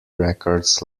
records